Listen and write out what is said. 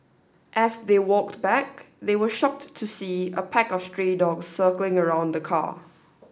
as they walked back they were shocked to see a pack of stray dogs circling around the car